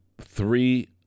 three